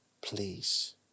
please